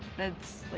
that's, like,